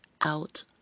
out